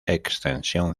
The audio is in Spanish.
extensión